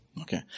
Okay